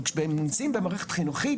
אבל כשהם נמצאים במערכת חינוכית,